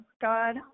God